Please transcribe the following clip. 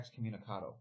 excommunicado